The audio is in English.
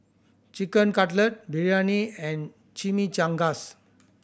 Chicken Cutlet Biryani and Chimichangas